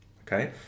okay